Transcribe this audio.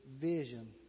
vision